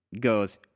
goes